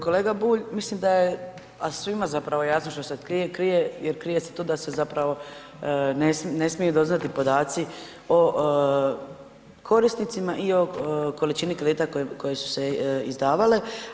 Kolega Bulj, mislim da je, a svima zapravo je jasno što se krije, krije jer krije se to da se zapravo ne smiju doznati podaci o korisnicima i o količini kredita koji su se izdavale.